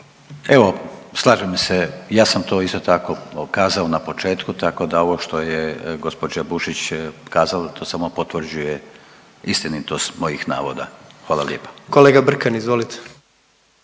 Evo slažem se, ja sam to isto tako ukazao na početku tako da ovo što je gđa. Bušić kazala to samo potvrđuje istinitost mojih navoda. Hvala lijepa. **Jandroković,